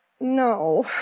No